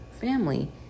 family